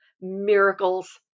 miracles